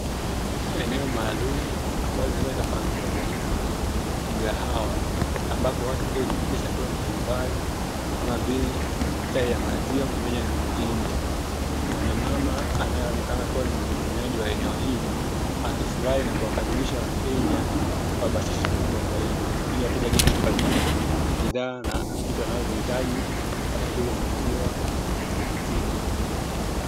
Eneo maalumu ambalo linaweza fahamika kwa jina la mgahawa. Ambapo watu huja kujipatia chakula mbalimbali kama vile chai ya maziwa pamoja na mtindi. Mwanamama anayeonekana kuwa ni mhudumiaji wa eneo hili akifurahi na kuwakaribisha wateja kwa bashasha kubwa zaidi, ili wateja waje kujipatia bidhaa na vitu wanavyovihitaji kama vile maziwa na mtindi.